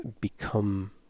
become